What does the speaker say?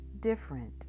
different